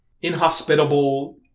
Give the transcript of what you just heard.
inhospitable